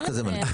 יש כזה מנגנון?